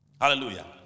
Hallelujah